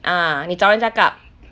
ah 你找人家 gub